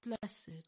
Blessed